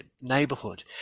neighborhood